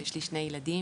יש לי שני ילדים